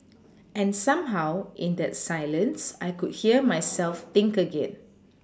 and somehow in that silence I could hear myself think again